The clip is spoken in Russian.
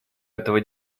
этого